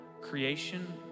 creation